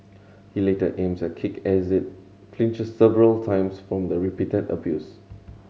he later aims a kick at it as it flinches several times from the repeated abuse